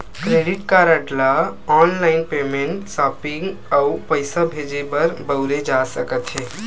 credit card ल online payment, shopping अउ पइसा भेजे बर बउरे जा सकत हे